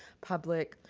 public.